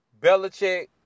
Belichick